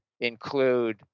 include